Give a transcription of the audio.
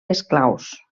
eslaus